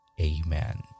Amen